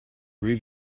for